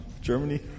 Germany